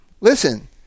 listen